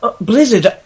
Blizzard